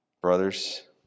Brothers